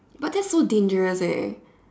but that's so dangerous eh